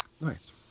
nice